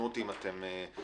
אם אני טועה.